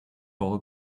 tall